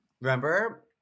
remember